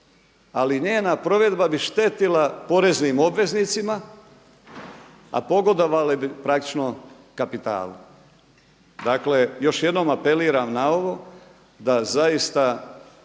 ali njena provedba bi štetila poreznim obveznicima a pogodovale bi praktično kapitalu. Dakle, još jednom apeliram na ovo da zaista